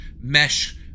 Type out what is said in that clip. mesh